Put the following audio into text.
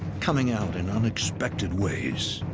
coming out in unexpected ways,